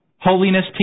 holiness